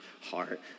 heart